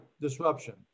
disruption